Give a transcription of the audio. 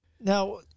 now